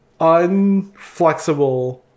unflexible